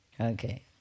Okay